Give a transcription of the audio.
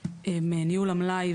לפנינו מונח דו"ח מבקר המדינה,